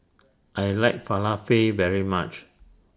I like Falafel very much